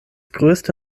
größte